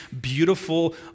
beautiful